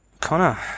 Connor